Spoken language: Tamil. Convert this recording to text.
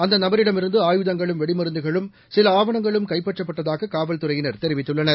அந்தநபரிடமிருந்து சிலஆவணங்களும் வெடிமருந்துகளும் ஆயுதங்களும் கைப்பற்றப்பட்டதாககாவல்துறையினர் தெரிவித்துள்ளனர்